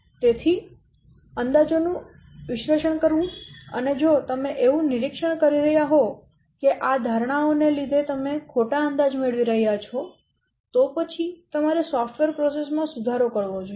તેથી અંદાજો નું વિશ્લેષણ કરવું અને જો તમે એવું નિરીક્ષણ કરી રહ્યાં છો કે આ ધારણાઓ ને લીધે તમે ખોટા અંદાજ મેળવી રહ્યા છો તો પછી તમારે સોફ્ટવેર પ્રક્રિયા માં સુધારો કરવો જોઈએ